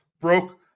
broke